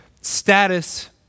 status